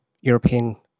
European